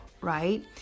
right